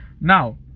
Now